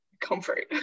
comfort